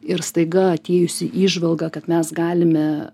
ir staiga atėjusi įžvalga kad mes galime